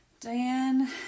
diane